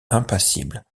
impassible